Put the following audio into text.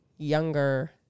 Younger